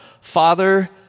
Father